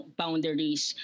boundaries